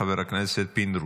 חבר הכנסת פינדרוס.